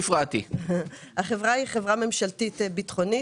החברה היא חברה ממשלתית ביטחונית.